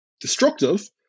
destructive